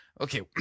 Okay